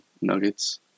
Nuggets